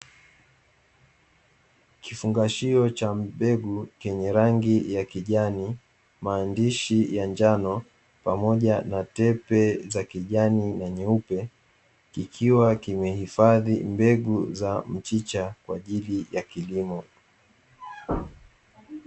Kifungashio cha mbegu chenye rangi ya kijani maandishi ya njano pamoja na tembe za kijani na nyeupe ikiwa kimehifadhi mbegu za mchicha kwa ajili ya kilimo.